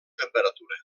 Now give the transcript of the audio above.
temperatura